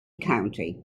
county